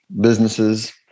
businesses